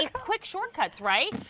ah quick shortcuts right.